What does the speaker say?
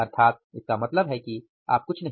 अर्थात इसका मतलब है कि आप कुछ नहीं